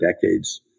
decades